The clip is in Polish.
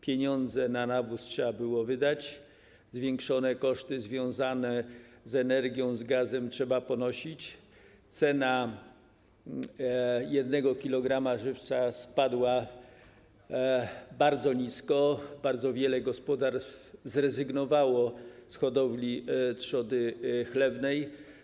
Pieniądze na nawóz trzeba było wydać, zwiększone koszty związane z energią, gazem trzeba ponosić, cena 1 kg żywca spadła bardzo nisko i bardzo wiele gospodarstw zrezygnowało z hodowli trzody chlewnej.